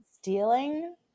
stealing